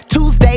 Tuesday